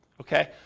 Okay